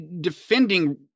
defending